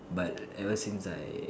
but ever since I